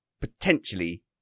potentially